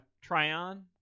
tryon